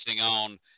on